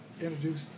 introduce